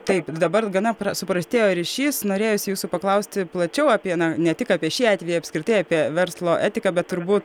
taip dabar gana pra suprastėjo ryšys norėjosi jūsų paklausti plačiau apie na ne tik apie šį atvejį apskritai apie verslo etiką bet turbūt